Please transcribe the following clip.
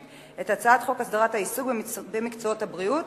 את הצעת חוק הסדרת העיסוק במקצועות הבריאות